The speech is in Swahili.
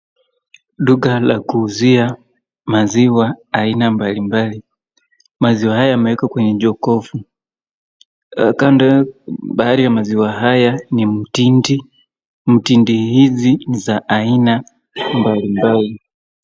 Duka la kuuzia maziwa aina mbalimbali. Maziwa haya yameekwa kwenye jokovu, kando baadhi ya maziwa haya ni Mtindi, Mtindi hizi ni za aina mbalimbali.